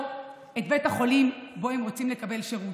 את בית החולים שבו הם רוצים לקבל שירות,